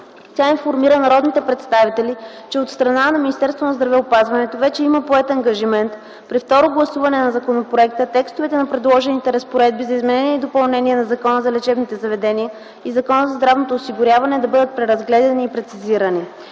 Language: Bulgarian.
Тя информира народните представители, че от страна на Министерството на здравеопазването вече има поет ангажимент при второ гласуване на законопроекта, текстовете на предложените разпоредби за изменение и допълнение на Закона за лечебните заведения и Закона за здравното осигуряване да бъдат преразгледани и прецизирани.